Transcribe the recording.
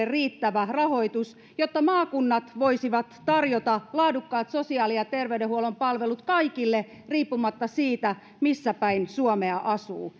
riittävä rahoitus jotta maakunnat voisivat tarjota laadukkaat sosiaali ja terveydenhuollon palvelut kaikille riippumatta siitä missäpäin suomea asuu